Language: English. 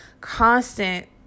constant